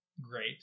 great